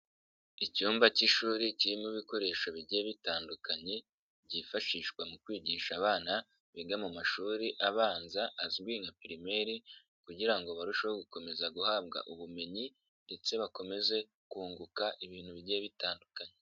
Icyumba cy'ishuri kirimo ibikoresho bigiye bitandukanye, byifashishwa mu kwigisha abana, biga mu mashuri abanza, azwi nka pirimere kugira ngo barusheho gukomeza guhabwa ubumenyi ndetse bakomeze kunguka ibintu bigiye bitandukanye.